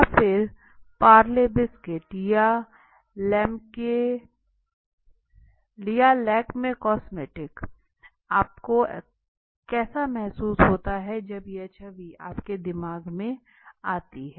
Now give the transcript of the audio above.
या फिर पार्ले बिस्किट या लैक्मे कॉस्मिक आपको कैसा महसूस होता है जब यह छवि आपके दिमाग में आती है